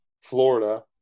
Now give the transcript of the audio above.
Florida